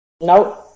Nope